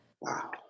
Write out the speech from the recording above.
Wow